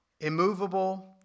immovable